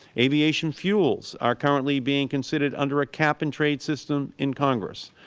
aviation fuels are currently being considered under a cap-and-trade system in congress.